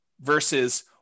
versus